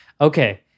Okay